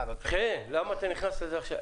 חן, למה אתה נכנס לזה עכשיו?